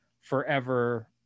forever